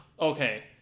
Okay